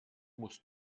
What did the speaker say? muss